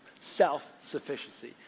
self-sufficiency